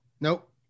Nope